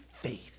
faith